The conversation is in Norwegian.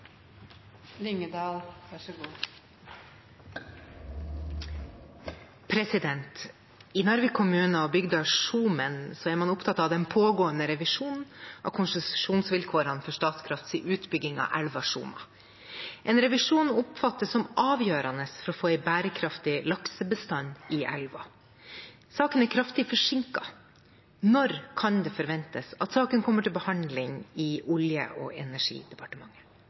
kommune og bygda Skjomen er opptatt av den pågående revisjonen av konsesjonsvilkårene for Statkrafts utbygging av elva Skjoma. En revisjon oppfattes som avgjørende for å få en bærekraftig laksebestand i elva. Saken er kraftig forsinket. Når kan det forventes at saken kommer til behandling i Olje- og energidepartementet?»